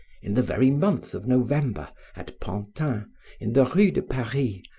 in the very month of november, at pantin, in the rue de paris,